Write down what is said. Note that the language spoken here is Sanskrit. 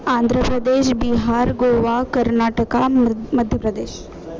आन्ध्रप्रदेशः बिहार् गोवा कर्नाटकः मद् मध्यप्रदेशः